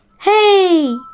hey